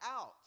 out